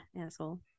asshole